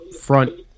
front